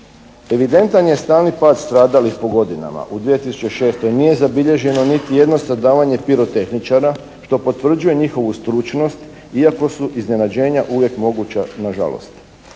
Evidentan je stalni pad stradalih po godinama. U 2006. nije zabilježeno niti jedno stradavanje pirotehničara što potvrđuje njihovu stručnost iako su iznenađenja uvijek moguća, na žalost.